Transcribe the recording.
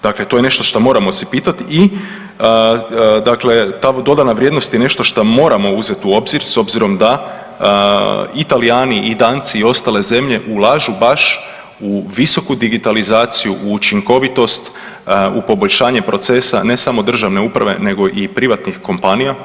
Dakle, to je nešto što moramo se pitati i dakle ta dodana vrijednost je nešto što moramo uzeti u obzir s obzirom da i Talijani i Danci i ostale zemlje ulažu baš u visoku digitalizaciju, u učinkovitost, u poboljšanje procesa ne samo državne uprave, nego i privatnih kompanija.